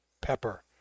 pepper